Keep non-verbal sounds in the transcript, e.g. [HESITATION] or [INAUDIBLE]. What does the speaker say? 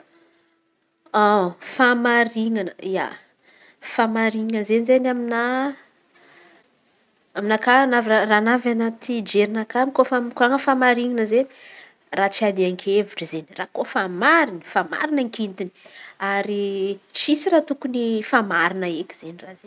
[HESITATION] Fahamarin̈ana, ia, fahamarin̈ana izen̈y izen̈y aminahy. Aminakà navy raha navy anaty jerinakà kôfa mikoran̈a fahamarin̈ana izen̈y. Raha tsy iadia kevitry zay raha koa fa mariny efa mariny akidiny ary tsisy raha tokony efa marina eky izen̈y raha izen̈y.